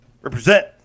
Represent